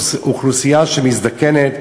אוכלוסייה שמזדקנת,